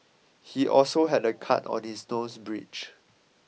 he also had a cut on his nose bridge